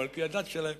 או על-פי הדת שלהם,